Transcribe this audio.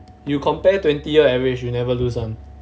you compare twenty year average you'll never lose one